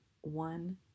one